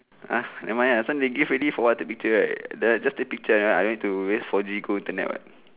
ah never mind lah so they give already for what take picture right the just take picture(uh) I don't need to waste four G go internet [what]